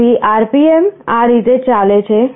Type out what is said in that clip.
તેથી RPM આ રીતે ચાલે છે